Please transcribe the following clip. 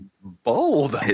Bold